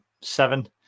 seven